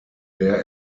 der